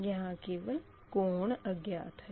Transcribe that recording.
यहाँ केवल कोण अज्ञात है